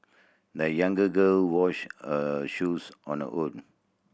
the younger girl washed her shoes on her own